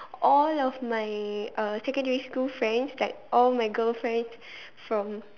all of my uh secondary school friends like all my girl friends from